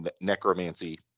necromancy